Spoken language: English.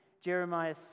Jeremiah